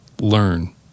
Learn